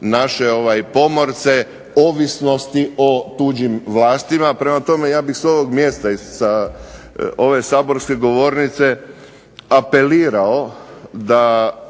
naše pomorce ovisnosti o tuđim vlastima. Prema tome, ja bih s ovog mjesta i sa ove saborske govornice apelirao da